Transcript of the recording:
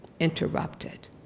interrupted